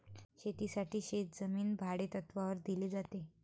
शेतीसाठी शेतजमीन भाडेतत्त्वावर दिली जाते